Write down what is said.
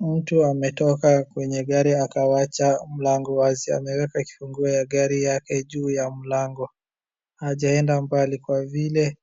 Mtu ametoka kwenye gari akawacha gari mlango wazi. Ameweka kifunguo ya gari yake juu ya mlango. Hajaenda mbali kwa vile